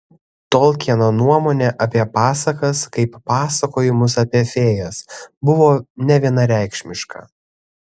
tolkieno nuomonė apie pasakas kaip pasakojimus apie fėjas buvo nevienareikšmiška